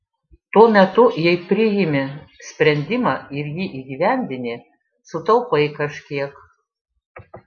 tuo metu jei priimi sprendimą ir jį įgyvendini sutaupai kažkiek